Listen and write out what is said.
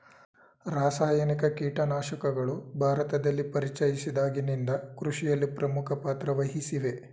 ರಾಸಾಯನಿಕ ಕೀಟನಾಶಕಗಳು ಭಾರತದಲ್ಲಿ ಪರಿಚಯಿಸಿದಾಗಿನಿಂದ ಕೃಷಿಯಲ್ಲಿ ಪ್ರಮುಖ ಪಾತ್ರ ವಹಿಸಿವೆ